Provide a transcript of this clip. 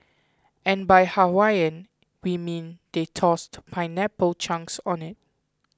and by Hawaiian we mean they tossed pineapple chunks on it